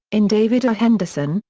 in david r. henderson,